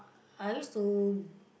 I used to